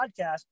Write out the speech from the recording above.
podcast